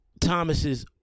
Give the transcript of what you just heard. Thomas's